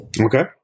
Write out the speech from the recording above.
okay